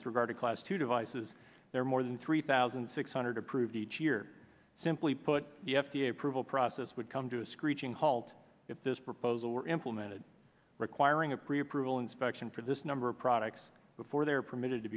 with regard to class two devices there are more than three thousand six hundred approved each year simply put the f d a approval process would come to a screeching halt if this proposal were implemented requiring a pre approval inspection for this number of products before they are permitted to